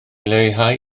leihau